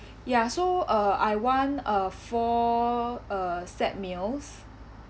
ya so uh I want uh four uh set meals